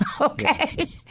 Okay